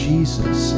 Jesus